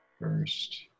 First